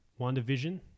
WandaVision